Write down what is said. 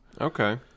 Okay